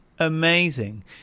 Amazing